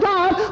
God